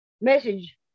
message